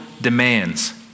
demands